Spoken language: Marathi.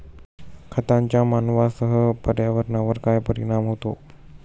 खतांचा मानवांसह पर्यावरणावर काय परिणाम होतो?